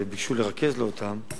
וביקשו לרכז לו אותן.